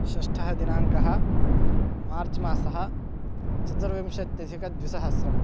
षष्ठः दिनाङ्कः मार्च् मासः चतुर्विंशत्यधिकद्विसहस्रम्